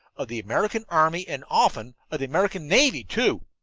of the american army, and often of the american navy, too.